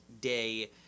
day